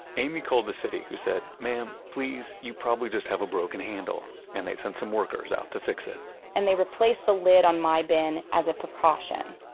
amy called the city who said, mam, please, you probably just have a broken handle. and they sent some workers out to fix it and they replaced the lid on my bin as a precaution.